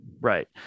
right